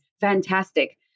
Fantastic